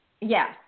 yes